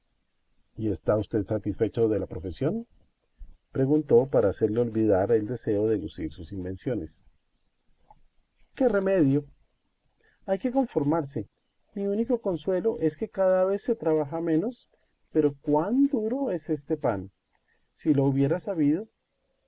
y está usted satisfecho de la profesión preguntó para hacerle olvidar el deseo de lucir sus invenciones qué remedio hay que conformarse mi único consuelo es que cada vez se trabaja menos pero cuán duro es este pan si lo hubiera sabido